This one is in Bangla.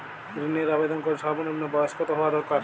ঋণের আবেদনকারী সর্বনিন্ম বয়স কতো হওয়া দরকার?